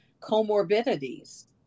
comorbidities